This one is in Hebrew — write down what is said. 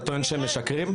אתה טוען שהם משקרים?